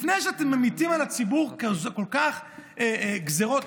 לפני שאתם ממיטים על הציבור כל כך הרבה גזרות,